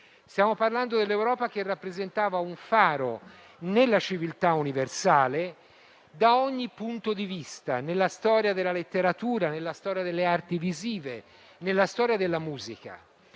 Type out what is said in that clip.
Stiamo parlando di un'Europa che rappresentava un faro nella civiltà universale da ogni punto di vista, nella storia della letteratura, delle arti visive, della musica.